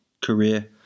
career